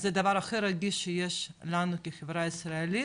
זה דבר הכי רגיש שיש לנו בחברה הישראלית,